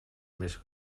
més